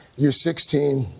you're sixteen,